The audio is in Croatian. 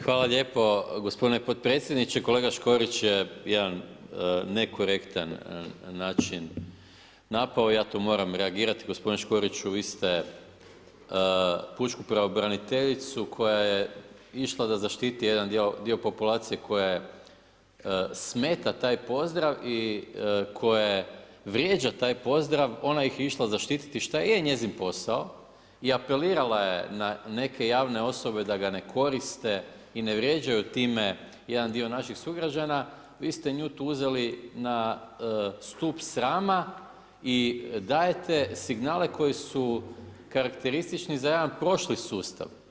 Hvala lijepo gospodine podpredsjedniče, kolega Škorić je jedan nekorektan način napao, ja to moram reagirati, gospodine Škoriću vi ste pučku pravobraniteljicu koja išla da zaštiti jedan dio populacije koja je smeta taj pozdrava i koje vrijeđa taj pozdrav, ona ih je išla zaštititi šta je njezin posao i apelirala je na neke javne osobe da ga ne koriste i ne vrijeđaju time jedan dio naših sugrađana, vi ste nju tu uzeli na stup srama i dajete signale koji su karakteristični za jedan prošli sustav.